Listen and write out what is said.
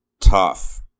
Tough